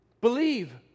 Believe